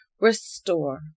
Restore